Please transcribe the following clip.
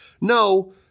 No